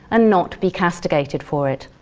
and not be castigated for it.